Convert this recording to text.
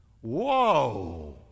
Whoa